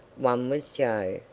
one was joe,